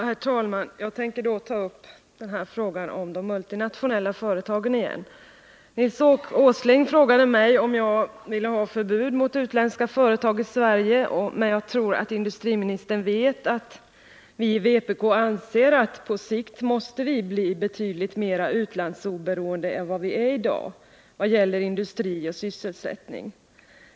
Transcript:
Herr talman! Jag tänker ta upp frågan om de multinationella företagen igen. Nils Åsling frågade mig om jag ville ha förbud mot utländska företag i Sverige. Jag tror att industriministern vet att vi i vpk anser att vi, vad gäller 7 industri och sysselsättning, på sikt måste bli betydligt mer utlandsoberoende än vad vi är i dag.